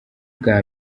bwa